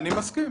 אני מסכים.